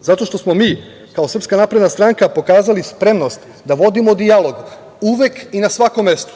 zato što smo mi kao Srpska napredna stranka pokazali spremnost da vodimo dijalog uvek i na svakom mestu.